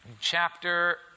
chapter